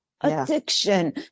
addiction